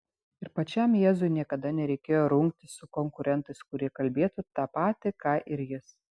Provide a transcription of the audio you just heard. ir pačiam jėzui niekada nereikėjo rungtis su konkurentais kurie kalbėtų tą patį ką ir jis